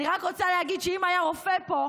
אני רק רוצה להגיד שאם היה רופא פה,